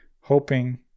Hoping